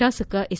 ಶಾಸಕ ಎಸ್